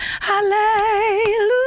hallelujah